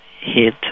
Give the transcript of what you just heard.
hit